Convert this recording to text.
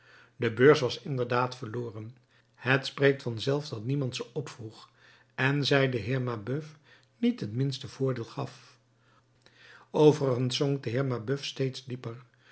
de beurs was inderdaad verloren het spreekt vanzelf dat niemand ze opvroeg en zij den heer mabeuf niet het minste voordeel gaf overigens zonk de heer mabeuf steeds dieper